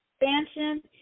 Expansion